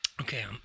Okay